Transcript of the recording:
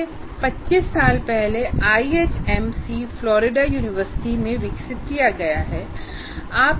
इसे 25 साल पहले IHMC फ्लोरिडा यूनिवर्सिटी में विकसित किया गया है